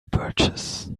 birches